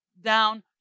down